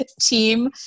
team